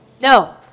No